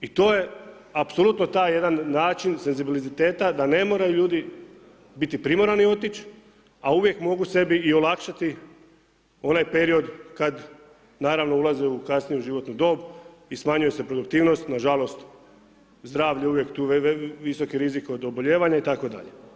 I to je apsolutno jedan taj način senzibiliteta da ne moraju ljudi biti primorani otići a uvijek mogu sebi i olakšati onaj period kad naravno ulaze u kasnu životnu dob i smanjuje se produktivnost, nažalost zdravlje je uvijek tu, visok od oboljevanja itd.